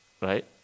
right